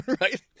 Right